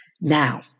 Now